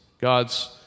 God's